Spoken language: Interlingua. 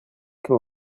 que